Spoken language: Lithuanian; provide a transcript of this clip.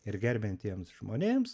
ir gerbiantiems žmonėms